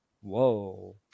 Whoa